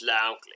loudly